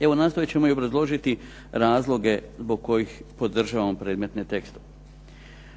Evo nastojat ćemo i obrazložiti razloge zbog kojih podržavamo predmetne tekstove.